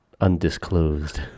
undisclosed